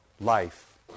life